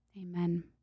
amen